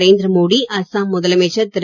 நரேந்திர மோடி அஸ்ஸாம் முதலமைச்சர் திரு